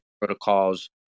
protocols